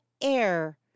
Air